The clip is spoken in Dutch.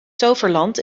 toverland